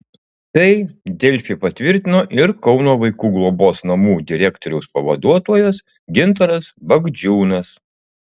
tai delfi patvirtino ir kauno vaikų globos namų direktoriaus pavaduotojas gintaras bagdžiūnas